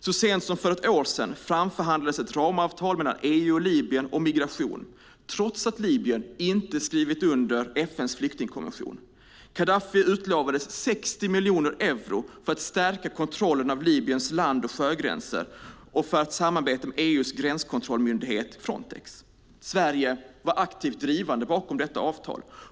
Så sent som för ett år sedan framförhandlades ett ramavtal mellan EU och Libyen om migration, trots att Libyen inte har skrivit under FN:s flyktingkonvention. Gaddafi lovades 60 miljoner euro för att stärka kontrollen av Libyens land och sjögränser och för att samarbeta med EU:s gränskontrollmyndighet Frontex. Sverige var aktivt drivande bakom detta avtal.